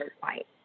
fight